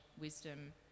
wisdom